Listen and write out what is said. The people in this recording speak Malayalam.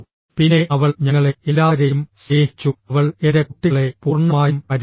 പിന്നെ അവൾ ഞങ്ങളെ എല്ലാവരെയും സ്നേഹിച്ചു അവൾ എന്റെ കുട്ടികളെ പൂർണ്ണമായും പരിപാലിച്ചു